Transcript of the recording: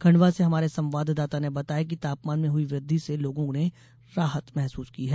खंडवा से हमारे संवाददाता ने बताया है कि तापमान में हुई वृद्धि से लोगों ने राहत महसूस की है